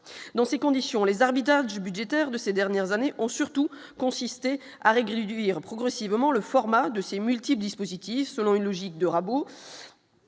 dans ces conditions, les arbitrages budgétaires de ces dernières années ont surtout consisté à régler du ira progressivement le format de ses multi-dispositif selon une logique de